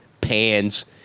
pans